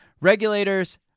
Regulators